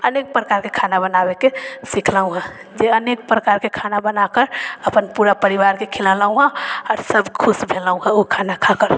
अनेक प्रकारके खाना बनाबैके सिखलहुँ हँ जे अनेक प्रकारके खाना बनाकऽ अपन पूरा परिवारके खिलेलहुँ हँ आओर सब खुश भेलहुँ हँ ओ खाना खाकर